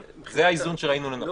אבל זה האיזון שראינו לנכון.